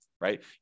right